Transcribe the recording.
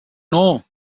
know